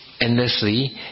endlessly